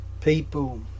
people